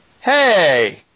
Hey